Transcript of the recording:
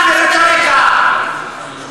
צריך לעזור לסטודנטים על